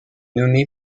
nommé